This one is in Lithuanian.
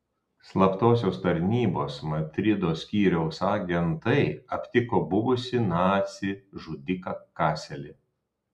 slaptosios tarnybos madrido skyriaus agentai aptiko buvusį nacį žudiką kaselį